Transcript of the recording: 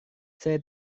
saya